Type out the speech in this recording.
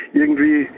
irgendwie